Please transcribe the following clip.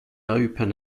open